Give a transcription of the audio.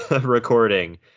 recording